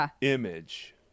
image